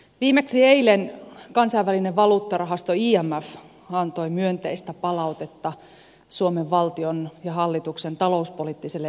viimeksi eilen kansainvälinen valuuttarahasto imf antoi myönteistä palautetta suomen valtion ja hallituksen talouspoliittiselle linjalle